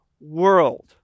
world